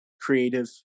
creative